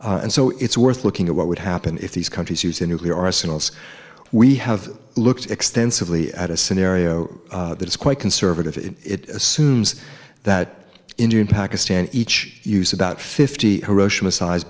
and so it's worth looking at what would happen if these countries use the nuclear arsenals we have looked extensively at a scenario that is quite conservative it assumes that india and pakistan each use about fifty hiroshima size